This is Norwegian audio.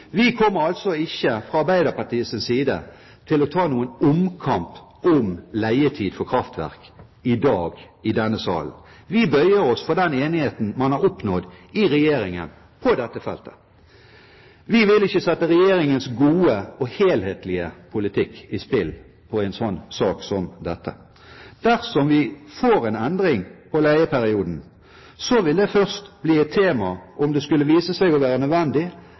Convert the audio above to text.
side kommer vi altså ikke til å ta en omkamp om leietid for kraftverk i dag i denne sal. Vi bøyer oss for den enigheten man har oppnådd i regjeringen på dette feltet. Vi vil ikke sette regjeringens gode og helhetlige politikk i spill på en sånn sak som dette. Dersom vi får en endring på leieperioden, vil det først bli et tema – om det skulle vise seg å være nødvendig